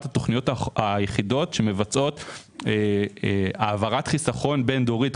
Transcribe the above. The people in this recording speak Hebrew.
התכניות היחידות שמבצעות העברת חיסכון בין-דורית.